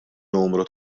numru